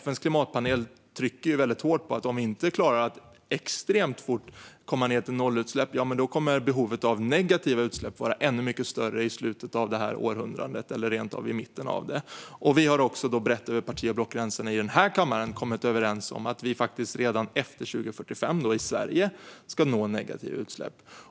FN:s klimatpanel trycker väldigt hårt på att om vi inte klarar att extremt fort komma ned till nollutsläpp kommer behovet av negativa utsläpp att vara ännu mycket större i slutet av detta århundrade eller rentav i mitten av det. Vi har också brett över parti och blockgränserna i den här kammaren kommit överens om att vi ska nå negativa utsläpp i Sverige redan 2045.